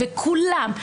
וכולם,